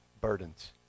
burdens